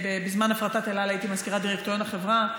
אין הפרטות שהן בסדר.